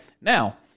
Now